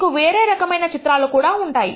మీకు వేరే రకమైన చిత్రాలు కూడా ఉంటాయి